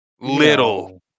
Little